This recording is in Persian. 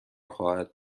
خواهد